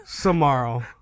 Tomorrow